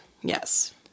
Yes